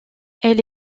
elle